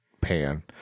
pan